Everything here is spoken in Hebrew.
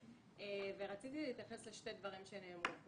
רציתי להתייחס לשני דברים שנאמרו כאן.